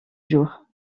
jour